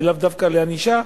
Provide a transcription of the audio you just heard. ולאו דווקא לענישה,